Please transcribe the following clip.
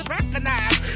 Recognize